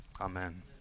amen